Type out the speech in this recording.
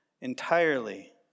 entirely